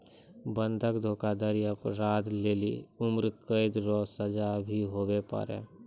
बंधक धोखाधड़ी अपराध लेली उम्रकैद रो सजा भी हुवै पारै